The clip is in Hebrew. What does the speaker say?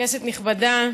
כנסת נכבדה,